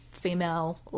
female